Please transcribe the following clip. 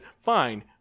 fine